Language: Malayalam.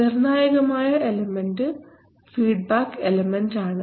നിർണായകമായ എലമെൻറ് ഫീഡ്ബാക്ക് എലമെൻറ് ആണ്